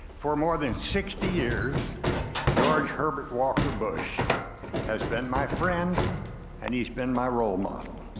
for more than sixty years george herbert walker bush has been my friend and he's been my role model.